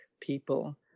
people